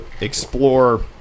explore